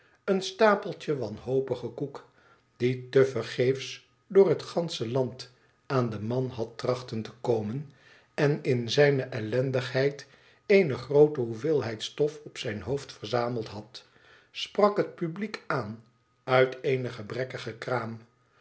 een stapeltje wanhopige koek die tevergeefs door het gansche land aan den man had trachten te komen en in zijne ellendigheid eene groote hoeveelheid stof op zijn hoofd verzameld had sprak het publiek aan uit eene gebrekkige kraam